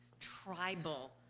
tribal